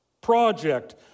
project